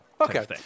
Okay